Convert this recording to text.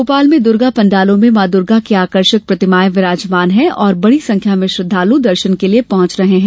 भोपाल में दुर्गा पण्डालों में मां दुर्गा की आकर्षक प्रतिमाए विराजमान हैं और बड़ी संख्या में श्रद्वालू दर्शन के लिए पहॅच रहे हैं